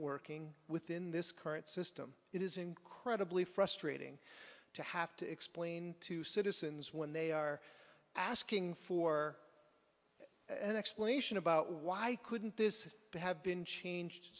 working within this current system it is incredibly frustrating to have to explain to citizens when they are asking for an explanation about why i couldn't this have been changed